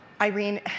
Irene